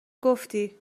گفتی